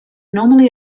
normally